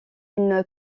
une